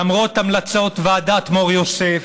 למרות המלצות ועדת מור יוסף,